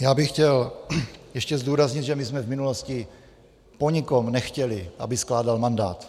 Já bych chtěl ještě zdůraznit, že my jsme v minulosti po nikom nechtěli, aby skládal mandát.